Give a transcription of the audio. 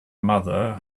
mother